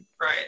Right